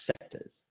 sectors